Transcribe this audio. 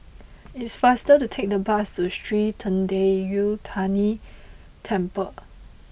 it is faster to take the bus to Sri Thendayuthapani Temple